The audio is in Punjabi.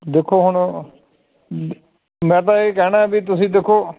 ਦੇਖੋ ਹੁਣ ਮੈਂ ਤਾਂ ਇਹ ਕਹਿਣਾ ਵੀ ਤੁਸੀਂ ਦੇਖੋ